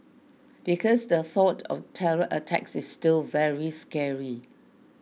because the thought of terror attacks is still very scary